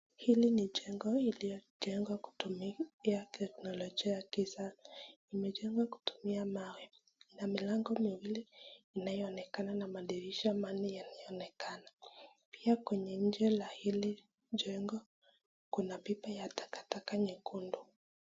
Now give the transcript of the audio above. Hili ni jengo iliyojengwa kutumia teknolojia ya kisasa. Imejengwa kutumia mawe na milango miwili inayoonekana na madirisha manne yanayoonekana. Pia kwenye nje ya hili jengo kuna pipa ya takataka nyekundu.